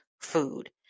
food